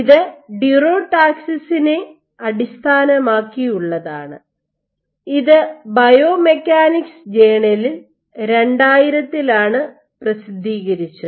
ഇത് ഡ്യുറോടാക്സിസിനെ അടിസ്ഥാനമാക്കിയുള്ളതാണ് ഇത് ബയോമെക്കാനിക്സ് ജേണലിൽ 2000 ത്തിലാണ് പ്രസിദ്ധീകരിച്ചത്